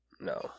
No